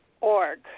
org